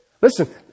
Listen